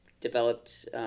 developed